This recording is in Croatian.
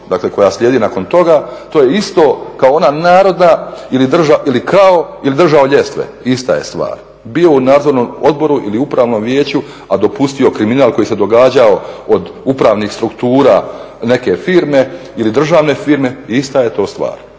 sobi koja slijedi nakon toga, to je isto kao ona narodna ili krao ili držao ljestve, ista je stvar. Bio u nadzornom odboru ili upravnom vijeću, a dopustio kriminal koji se događao od upravnih struktura neke firme ili državne firme, ista je to stvar.